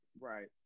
Right